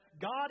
God